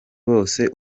bose